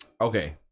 Okay